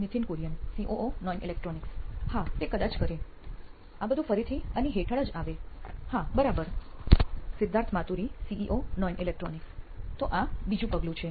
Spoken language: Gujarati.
નિથિન કુરિયન સીઓઓ નોઇન ઇલેક્ટ્રોનિક્સ હા તે કદાચ કરે આ બધું ફરીથી આની હેઠળ જ આવે હા બરાબર સિદ્ધાર્થ માતુરી સીઇઓ નોઇન ઇલેક્ટ્રોનિક્સ તો આ બીજું પગલું છે